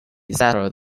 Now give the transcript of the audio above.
settled